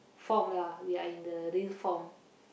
form lah we are in the real form